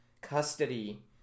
custody